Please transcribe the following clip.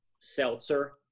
seltzer